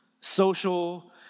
social